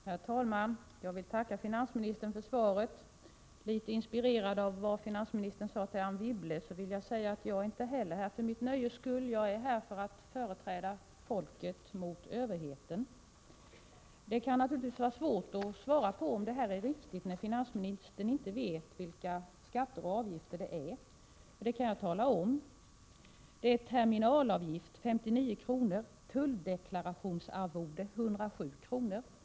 Herr talman! Jag vill tacka finansministern för svaret. Litet inspirerad av vad finansministern sade till Anne Wibble, vill jag säga att inte heller jag är här för mitt eget nöjes skull. Jag är här för att företräda folket gentemot överheten. Det kan naturligtvis vara svårt att svara på om det är riktigt, när finansministern inte vet vilka skatter och avgifter det gäller. Det skall jag emellertid tala om. Det är till att börja med terminalavgift på 59 kr. och tulldeklarationsarvode på 107 kr.